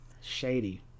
shady